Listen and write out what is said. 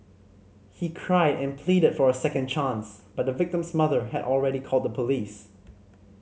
he cried and pleaded for a second chance but the victim's mother had already called the police